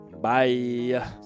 Bye